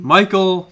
Michael